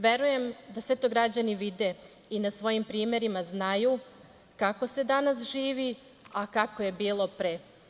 Verujem da sve to građani vide i na svojim primerima znaju kako se danas živi, a kako je bilo pre.